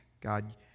God